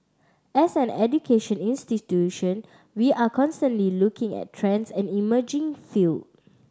as an education institution we are constantly looking at trends and emerging field